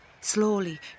Slowly